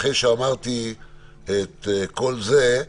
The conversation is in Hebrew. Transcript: אחרי שאמרתי את כל זה,